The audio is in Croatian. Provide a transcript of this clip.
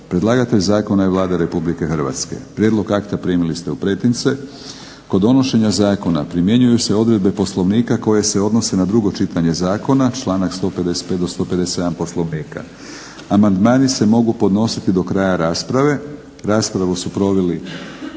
Predlagatelj zakona je Vlada Republike Hrvatske. Prijedlog akta primili ste u pretince. Kod donošenja zakona primjenjuju se odredbe Poslovnika koje se odnose na drugo čitanje zakona članak 155. do 157. Poslovnika. Amandmani se mogu podnositi do kraja rasprave. Raspravu su proveli